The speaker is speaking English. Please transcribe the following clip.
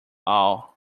all